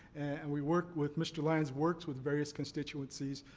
and we work with mr. lyons works with various constituencies.